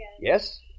Yes